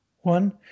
one